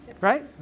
Right